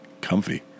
comfy